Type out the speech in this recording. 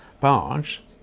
barge